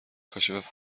کاشف